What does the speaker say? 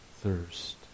thirst